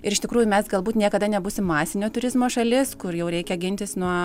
ir iš tikrųjų mes galbūt niekada nebūsim masinio turizmo šalis kur jau reikia gintis nuo